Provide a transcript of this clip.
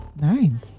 Nine